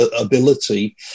ability